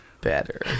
better